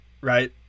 right